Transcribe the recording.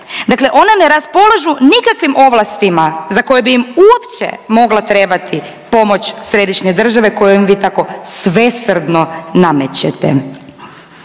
Dakle, ona ne raspolažu nikakvim ovlastima za koje bi im uopće mogla trebati pomoć središnje države koju vi tako svesrdno namećete.